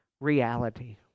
reality